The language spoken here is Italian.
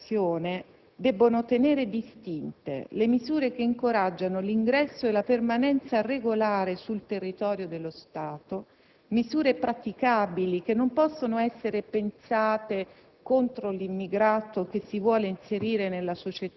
Per questo le linee di intervento per l'immigrazione debbono tenere distinte le misure che incoraggiano l'ingresso e la permanenza regolare sul territorio dello Stato, misure praticabili che non possono essere pensate